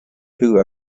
who